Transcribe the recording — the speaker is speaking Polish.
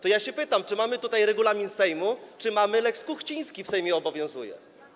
To ja się pytam: Czy mamy tutaj regulamin Sejmu, czy lex Kuchciński w Sejmie obowiązuje?